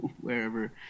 wherever